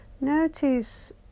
Notice